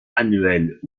annuelles